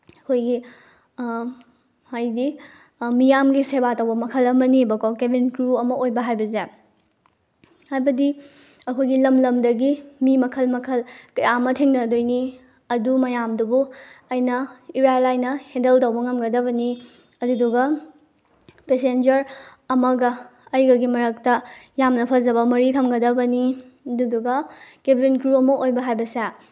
ꯑꯩꯈꯣꯏꯒꯤ ꯍꯥꯏꯗꯤ ꯃꯤꯌꯥꯝꯒꯤ ꯁꯦꯕꯥ ꯇꯧꯕ ꯃꯈꯜ ꯑꯃꯅꯦꯕꯀꯣ ꯀꯦꯕꯤꯟ ꯀ꯭ꯔꯨ ꯑꯃ ꯑꯣꯏꯕ ꯍꯥꯏꯕꯁꯦ ꯍꯥꯏꯕꯗꯤ ꯑꯩꯈꯣꯏꯒꯤ ꯂꯝ ꯂꯝꯗꯒꯤ ꯃꯤ ꯃꯈꯜ ꯃꯈꯜ ꯀꯌꯥ ꯑꯃ ꯊꯦꯡꯅꯗꯣꯏꯅꯤ ꯑꯗꯨ ꯃꯌꯥꯝꯗꯨꯕꯨ ꯑꯩꯅ ꯏꯔꯥꯏ ꯂꯥꯏꯅ ꯍꯦꯟꯗꯜ ꯇꯧꯕ ꯉꯝꯒꯗꯕꯅꯤ ꯑꯗꯨꯗꯨꯒ ꯄꯦꯁꯦꯟꯖꯔ ꯑꯃꯒ ꯑꯩꯒꯒꯤ ꯃꯔꯛꯇ ꯌꯥꯝꯅ ꯐꯖꯕ ꯃꯔꯤ ꯊꯝꯒꯗꯕꯅꯤ ꯑꯗꯨꯗꯨꯒ ꯀꯦꯕꯤꯟ ꯀ꯭ꯔꯨ ꯑꯃ ꯑꯣꯏꯕ ꯍꯥꯏꯕꯁꯦ